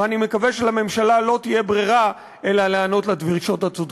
ואני מקווה שלממשלה לא תהיה ברירה אלא להיענות לדרישות הצודקות.